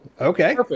okay